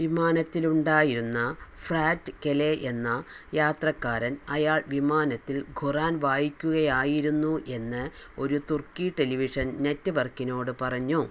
വിമാനത്തിലുണ്ടായിരുന്ന ഫ്രാറ്റ് കെലെ എന്ന യാത്രക്കാരൻ അയാൾ വിമാനത്തിൽ ഖുറാൻ വായിക്കുകയായിരുന്നു എന്ന് ഒരു തുർക്കി ടെലിവിഷൻ നെറ്റ്വർക്കിനോട് പറഞ്ഞു